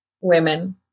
women